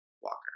Walker